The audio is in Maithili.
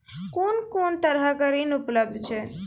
कून कून तरहक ऋण उपलब्ध छै?